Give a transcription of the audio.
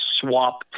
swap